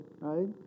right